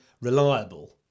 reliable